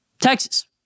Texas